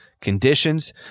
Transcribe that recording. conditions